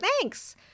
thanks